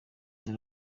dore